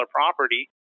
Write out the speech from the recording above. property